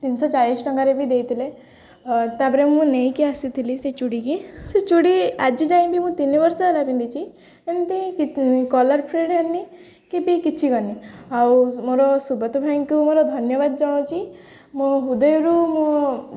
ତିନିଶହ ଚାଳିଶ ଟଙ୍କାରେ ବି ଦେଇଥିଲେ ତାପରେ ମୁଁ ନେଇକି ଆସିଥିଲି ସେ ଚୁଡ଼ିକି ସେ ଚୁଡ଼ି ଆଜି ଯାଇଁ ବି ମୁଁ ତିନି ବର୍ଷ ହେଲା ପିନ୍ଧିଛି ଏମିତି କଲର୍ ଫେଡ଼୍ ହେଇନି କି ବି କିଛି କରିନି ଆଉ ମୋର ସୁବ୍ରତ ଭାଇଙ୍କୁ ମୋର ଧନ୍ୟବାଦ ଜଣାଉଛି ମୋ ହୃଦୟରୁ ମୁଁ